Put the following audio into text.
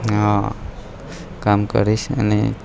આ કામ કરીશ અને